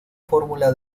fórmula